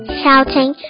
shouting